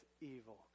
evil